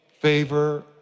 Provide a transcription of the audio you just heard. favor